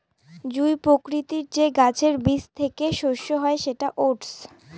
জুঁই প্রকৃতির যে গাছের বীজ থেকে শস্য হয় সেটা ওটস